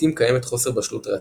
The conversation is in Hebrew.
לעיתים קיימת חוסר בשלות ריאתית,